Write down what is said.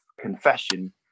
confession